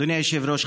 אדוני היושב-ראש,